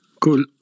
cool